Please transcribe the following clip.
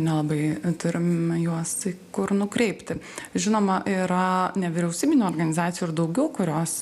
nelabai turim juos į kur nukreipti žinoma yra nevyriausybinių organizacijų ir daugiau kurios